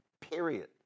Period